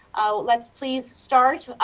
ah let's please start,